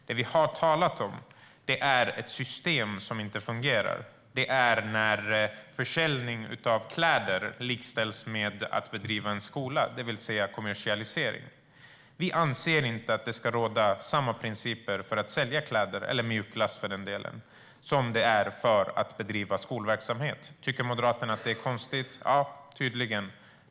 Det vi har talat om är ett system som inte fungerar, när försäljning av kläder likställs med att bedriva en skola, det vill säga kommersialisering. Vi anser inte att det ska råda samma principer för att sälja kläder, eller för den delen mjukglass, som för att bedriva skolverksamhet. Tycker Moderaterna att det är konstigt? Ja, tydligen.